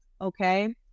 Okay